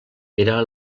era